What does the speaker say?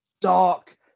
dark